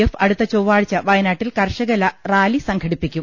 F അടുത്ത ചൊവ്വാഴ്ച വയനാട്ടിൽ കർഷക റാലി സംഘടിപ്പിക്കും